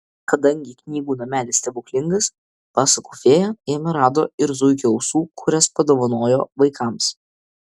kadangi knygų namelis stebuklingas pasakų fėja jame rado ir zuikio ausų kurias padovanojo vaikams